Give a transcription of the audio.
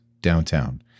downtown